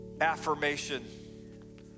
affirmation